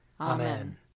Amen